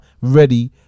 ready